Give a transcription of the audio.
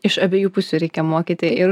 iš abiejų pusių reikia mokyti ir